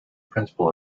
principle